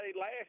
Last